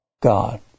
God